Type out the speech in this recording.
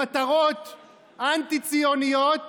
למטרות אנטי-ציוניות?